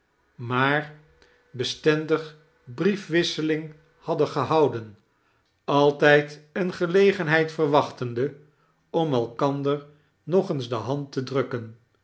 maar bestendig briefwisseling hadden gehouden altijd eene gelegenheid verwachtende om elkander nog eens de hand te drukken